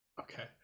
Okay